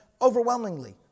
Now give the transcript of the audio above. overwhelmingly